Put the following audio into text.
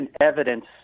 evidence